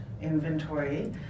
inventory